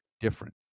different